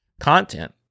content